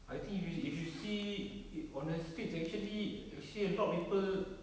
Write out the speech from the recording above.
I think if you se~ if you see on the streets actually actually a lot of people